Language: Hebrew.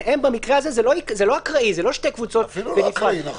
זה לא אקראי ואלה לא שתי קבוצות אקראיות.